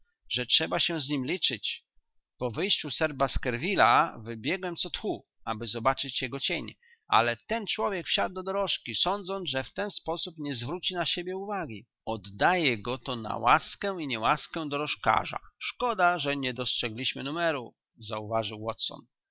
że trzeba się z nim liczyć po wyjściu sir baskerville'a wybiegłem co tchu aby zobaczyć jego cień ale ten człowiek wsiadł do dorożki sądząc że w ten sposób nie zwróci na siebie uwagi oddaje go to na łaskę i niełaskę dorożkarza szkoda że nie dostrzegliśmy numeru zauważył watson